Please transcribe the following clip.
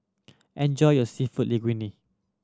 enjoy your Seafood Linguine